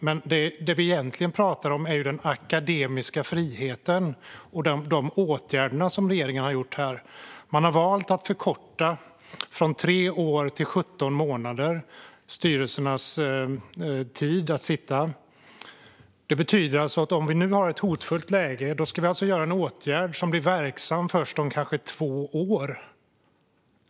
Men det vi egentligen pratar om är ju den akademiska friheten och de åtgärder som regeringen har vidtagit här. Man har valt att förkorta den tid styrelserna sitter från tre år till 17 månader. Det betyder att om vi har ett hotfullt läge nu ska vi vidta en åtgärd som blir verksam först om kanske två år.